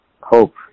hope